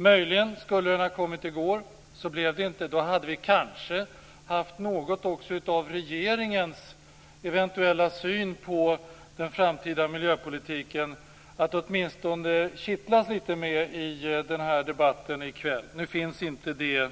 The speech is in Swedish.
Möjligen skulle den ha lagts fram i går. Så blev det inte. Då hade vi kanske haft regeringens syn på den framtida miljöpolitiken att kittlas med i debatten i kväll. Nu finns inte det